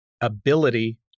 ability